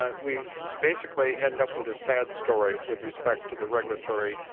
ah we basically end up with a stab story with respect to the regulatory